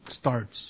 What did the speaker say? starts